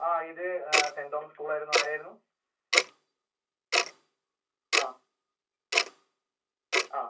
ആ ഇത് saint Thomas school ആയിരുന്നു ആരായിരുന്നു ആ ആ